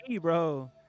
bro